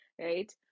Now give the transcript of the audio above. right